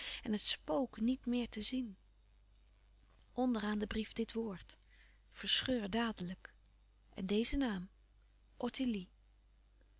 en het spook niet meer te zien onder aan den brief dit woord verscheur dadelijk en deze naam